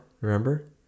remember